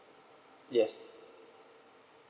yes